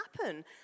happen